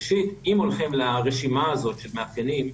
ראשית, אם הולכים לרשימה הזאת של מאפיינים,